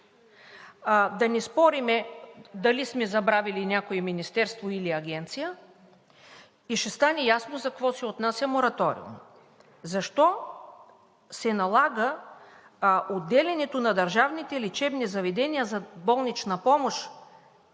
да не спорим дали сме забравили някое министерство или агенция, и ще стане ясно за какво се отнася мораториумът. Защо се налага отделянето на държавните лечебни заведения за болнична помощ